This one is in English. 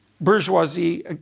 bourgeoisie